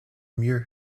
mieux